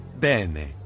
Bene